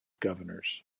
governors